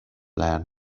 land